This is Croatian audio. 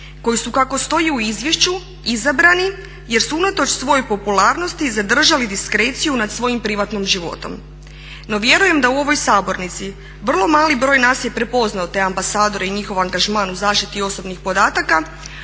koji su kako stoji u izvješću izabrani jer su unatoč svojoj popularnosti zadržali diskreciju nad svojim privatnim životom. No, vjerujem da u ovoj sabornici vrlo mali broj nas je prepoznao te ambasadore i njihov angažman u zaštiti osobnih podataka,